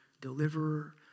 deliverer